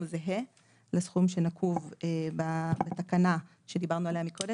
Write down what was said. זהה לסכום שנקוב בתקנה שדיברנו עליה מקודם,